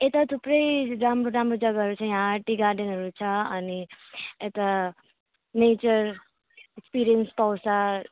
यता थुप्रै राम्रो राम्रो जग्गाहरू छ यहाँ टी गार्डनहरू छ अनि यता नेचर एक्सपिरियन्स पाउँछ